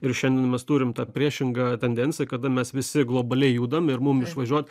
ir šiandien mes turim tą priešingą tendenciją kada mes visi globaliai judam ir mum išvažiuot